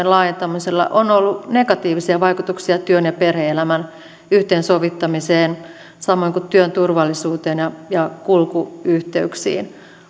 laajentamisilla on ollut negatiivisia vaikutuksia työn ja perhe elämän yhteensovittamiseen samoin kuin työn turvallisuuteen ja ja kulkuyhteyksiin